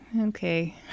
Okay